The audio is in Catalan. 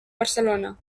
barcelona